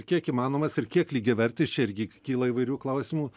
kiek įmanomas ir kiek lygiavertis čia irgi kyla įvairių klausimų